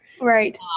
Right